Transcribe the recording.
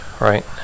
right